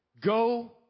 go